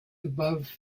above